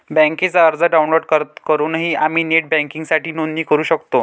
बँकेचा अर्ज डाउनलोड करूनही आम्ही नेट बँकिंगसाठी नोंदणी करू शकतो